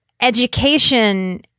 education